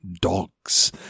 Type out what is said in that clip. dogs